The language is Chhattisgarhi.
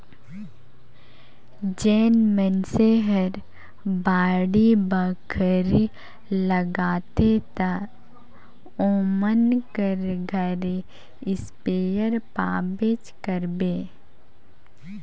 जेन मइनसे हर बाड़ी बखरी लगाथे ओमन कर घरे इस्पेयर पाबेच करबे